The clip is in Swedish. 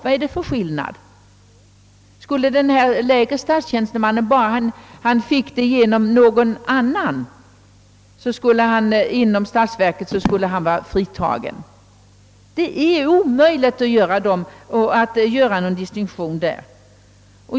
Får den lägre tjänstemannen ta emot gåvan bara den går via en högre inom statsverket? Det förefaller omöjligt att göra en sådan distinktion.